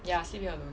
ya sleeping alone